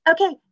Okay